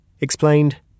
explained